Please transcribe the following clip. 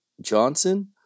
Johnson